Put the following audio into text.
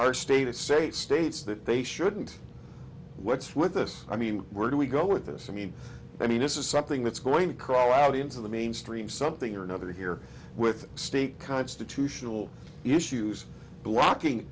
our state of state states that they shouldn't what's with us i mean we're do we go with this i mean i mean this is something that's going to crawl out into the mainstream something or another here with state constitutional issues blocking